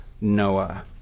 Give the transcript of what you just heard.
Noah